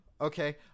Okay